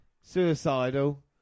Suicidal